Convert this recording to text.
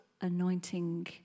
anointing